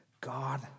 God